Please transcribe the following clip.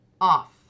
off